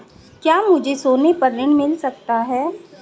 क्या मुझे सोने पर ऋण मिल सकता है?